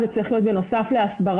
זה צריך להיות בנוסף להסברה.